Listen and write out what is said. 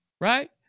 right